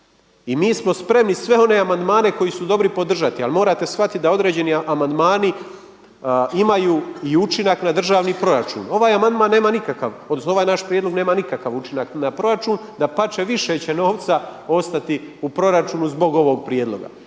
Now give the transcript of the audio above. I mi smo spremni sve one amandmane koje su dobri podržati, ali morate shvatiti da određeni amandmani imaju i učinak na državni proračun. Ovaj amandman nema nikakav, odnosno ovaj naš prijedlog nema nikakav učinak na proračun. Dapače, više će novca ostati u proračunu zbog ovog prijedloga